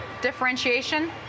differentiation